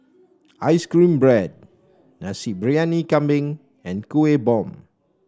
ice cream bread Nasi Briyani Kambing and Kuih Bom